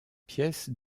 pièces